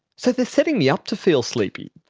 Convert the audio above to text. so they're setting me up to feel sleepy.